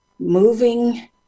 moving